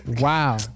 Wow